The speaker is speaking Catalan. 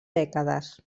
dècades